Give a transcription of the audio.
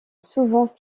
souvent